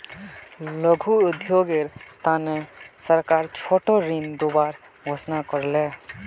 लघु उद्योगेर तने सरकार छोटो ऋण दिबार घोषणा कर ले